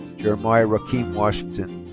jeremiah rakeem washington.